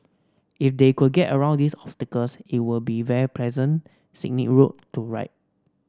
if they could get around these obstacles it would be a very pleasant scenic route to ride